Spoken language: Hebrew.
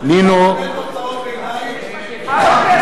(קורא בשמות חברי